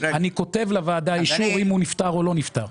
אני כותב לוועדה אישור אם הוא נפטר או לא נפטר.